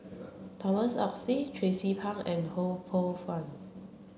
Thomas Oxley Tracie Pang and Ho Poh Fun